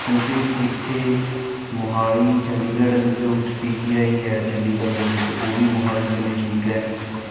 ਕਿਉਂਕਿ ਇੱਥੇ ਮੋਹਾਲੀ ਚੰਡੀਗੜ੍ਹ ਜੋ ਪੀ ਜੀ ਆਈ ਹੈ ਚੰਡੀਗੜ੍ਹ ਦੇ ਵਿੱਚ ਉਹ ਵੀ ਮੋਹਾਲੀ ਦੇ ਨਜ਼ਦੀਕ ਹੈ